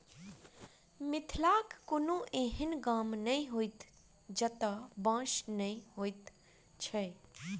मिथिलाक कोनो एहन गाम नहि होयत जतय बाँस नै होयत छै